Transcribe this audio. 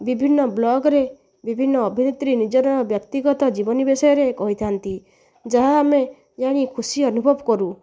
ବିଭିନ୍ନ ବ୍ଲଗ୍ରେ ବିଭିନ୍ନ ଅଭିନେତ୍ରୀ ନିଜର ବ୍ୟକ୍ତିଗତ ଜୀବନ ବିଷୟରେ କହିଥାନ୍ତି ଯାହା ଆମେ ଜାଣି ଖୁସି ଅନୁଭବ କରୁ